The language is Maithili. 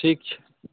ठीक छै